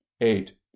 eight